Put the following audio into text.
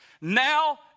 now